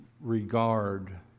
regard